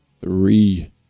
three